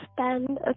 spend